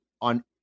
on